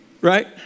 Right